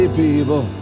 people